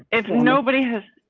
if nobody has.